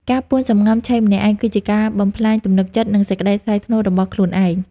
ការពួនសំងំឆីម្នាក់ឯង គឺជាការបំផ្លាញទំនុកចិត្ត និងសេចក្ដីថ្លៃថ្នូររបស់ខ្លួនឯង។